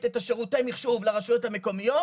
את שירותי המחשוב לרשויות המקומיות,